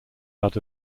out